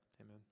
Amen